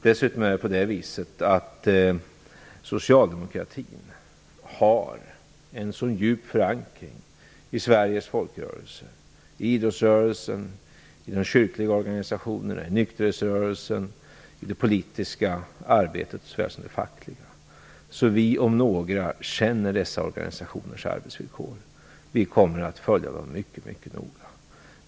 Dessutom har socialdemokratin en så djup förankring i Sveriges folkrörelser - i idrottsrörelsen, i de kyrkliga organisationerna, i nykterhetsrörelsen och i såväl det politiska som det fackliga arbetet. Vi om några känner dessa organisationers arbetsvillkor. Vi kommer att följa dem mycket noga.